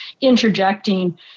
interjecting